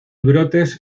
brotes